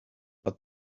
but